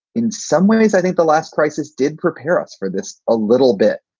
in some ways, i think the last crisis did prepare us for this a little bit.